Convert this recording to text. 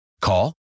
Call